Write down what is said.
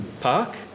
Park